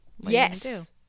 yes